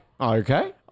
okay